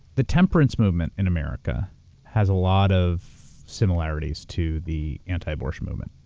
the temperance movement in america has a lot of similarities to the anti-abortion movement.